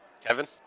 Kevin